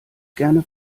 gerne